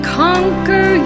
conquer